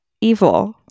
evil